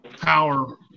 power